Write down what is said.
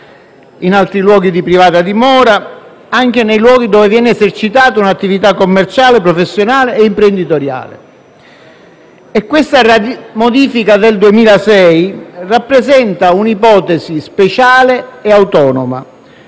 in altri luoghi di privata dimora e nei luoghi nei quali viene esercitata un'attività commerciale, professionale e imprenditoriale. La modifica del 2006 rappresenta un'ipotesi speciale e autonoma: